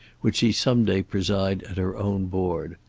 would she some day preside at her own board.